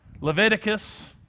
Leviticus